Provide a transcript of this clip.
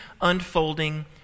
unfolding